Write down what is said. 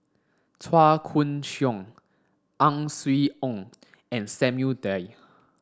Chua Koon Siong Ang Swee Aun and Samuel Dyer